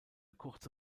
kurze